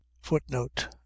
Footnote